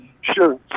Sure